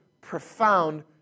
profound